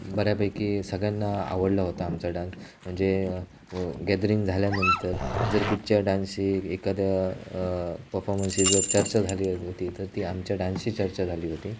बऱ्यापैकी सगळ्यांना आवडला होता आमचा डान्स म्हणजे गॅदरिंग झाल्यानंतर जर कुठच्या डान्सची एखाद्या पफॉमन्सची जर चर्चा झाली होती तर ती आमच्या डान्सची चर्चा झालीहोती